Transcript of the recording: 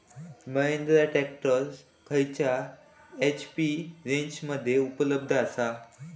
Mahindra tractor खयल्या HP रेंजमध्ये उपलब्ध आसा?